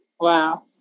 Wow